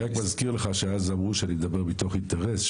אני רק מזכיר לך שאז אמרו שאני מדבר מתוך אינטרס,